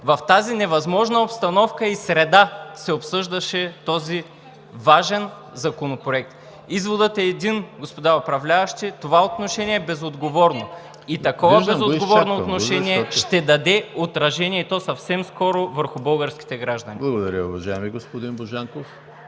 В тази невъзможна обстановка и среда се обсъждаше този важен законопроект. Изводът е един, господа управляващи – това отношение е безотговорно! Такова безотговорно отношение ще даде отражение, и то съвсем скоро, върху българските граждани. ПРЕДСЕДАТЕЛ ЕМИЛ ХРИСТОВ: Благодаря, уважаеми господин Божанков.